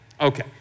Okay